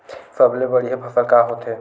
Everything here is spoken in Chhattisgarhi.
सबले बढ़िया फसल का होथे?